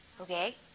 Okay